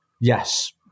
Yes